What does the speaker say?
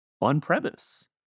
on-premise